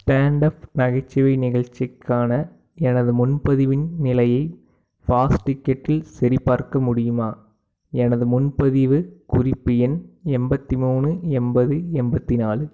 stand up நகைச்சுவை நிகழ்ச்சிக்கான எனது முன்பதிவின் நிலையை ஃபாஸ்ட் டிக்கெட்டில் சரிபார்க்க முடியுமா எனது முன்பதிவு குறிப்பு எண் எண்பத்தி மூணு எண்பது எண்பத்தி நாலு